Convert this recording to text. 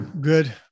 good